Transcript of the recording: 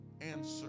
answer